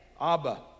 Abba